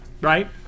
right